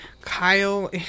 kyle